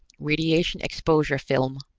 radiation-exposure film.